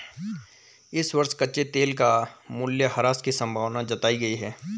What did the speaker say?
इस वर्ष कच्चे तेल का मूल्यह्रास की संभावना जताई गयी है